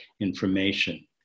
information